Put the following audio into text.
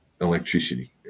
electricity